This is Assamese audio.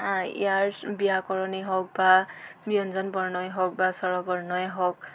ইয়াৰ ব্যাকৰণেই হওক বা ব্যঞ্জন বৰ্ণই হওক বা স্বৰ বৰ্ণই হওক